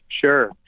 Sure